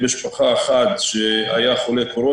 עם משפחות נזקקות.